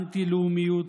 אנטי-לאומיות,